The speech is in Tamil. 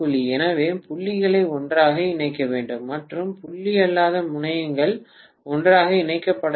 எனவே புள்ளிகளை ஒன்றாக இணைக்க வேண்டும் மற்றும் புள்ளி அல்லாத முனையங்கள் ஒன்றாக இணைக்கப்பட வேண்டும்